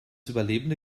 überlebende